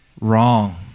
wrong